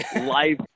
life